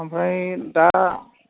ओमफ्राय दा